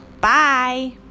Bye